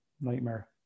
nightmare